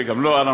שגם לו,